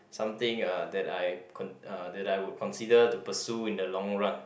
something uh that I con~ uh that I would consider to pursue in the long run